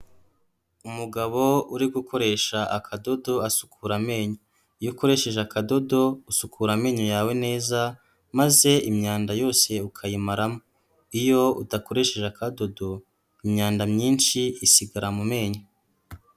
Umugabo uri gukoresha akadodo asukura amenyo, iyo ukoresheje akadodo usukura amenyo yawe neza maze imyanda yose ukayimaramo, iyo udakoresheje akadodo imyanda myinshi isigara mu menyo.